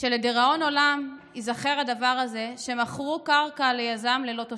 שלדיראון עולם ייזכר הדבר הזה שמכרו קרקע ליזם ללא תושבים.